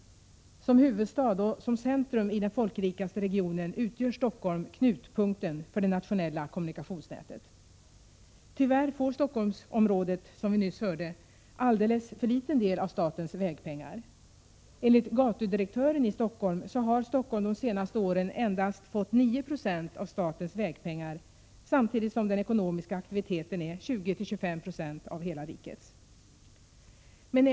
Som huvudstad och centrum i den folkrikaste regionen utgör Stockholm knutpunkten för det nationella kommunikationsnätet. Tyvärr får Stockholmsområdet, som vi nyss hörde, alldeles för liten del av statens vägpengar. Enligt gatudirektören i Stockholm har Stockholm de senaste åren endast fått — Prot. 1986/87:99 9 Jo av statens vägpengar, samtidigt som den ekonomiska aktiviteten är — 1 april 1987 20-25 90 av hela rikets.